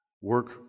work